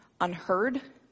unheard